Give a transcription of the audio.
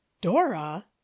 dora